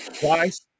twice